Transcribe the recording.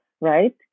right